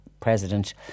president